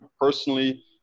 personally